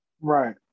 Right